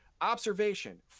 observation